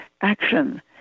action